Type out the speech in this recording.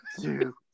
two